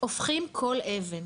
הופכים כל אבן.